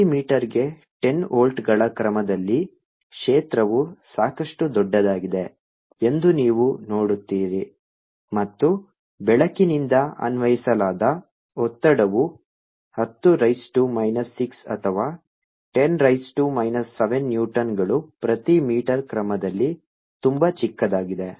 ಪ್ರತಿ ಮೀಟರ್ಗೆ 10 ವೋಲ್ಟ್ಗಳ ಕ್ರಮದಲ್ಲಿ ಕ್ಷೇತ್ರವು ಸಾಕಷ್ಟು ದೊಡ್ಡದಾಗಿದೆ ಎಂದು ನೀವು ನೋಡುತ್ತೀರಿ ಮತ್ತು ಬೆಳಕಿನಿಂದ ಅನ್ವಯಿಸಲಾದ ಒತ್ತಡವು ಹತ್ತು ರೈಸ್ ಟು ಮೈನಸ್ 6 ಅಥವಾ 10 ರೈಸ್ ಟು ಮೈನಸ್ 7 ನ್ಯೂಟನ್ಗಳು ಪ್ರತಿ ಮೀಟರ್ ಕ್ರಮದಲ್ಲಿ ತುಂಬಾ ಚಿಕ್ಕದಾಗಿದೆ